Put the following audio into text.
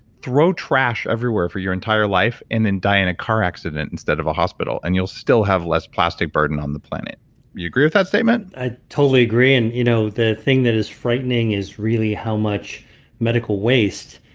throw trash everywhere for your entire life and then die in a car accident instead of a hospital and you'll still have less plastic burden on the planet. do you agree with that statement? i totally agree. and you know the thing that is frightening is really how much medical waste.